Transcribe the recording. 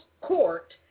court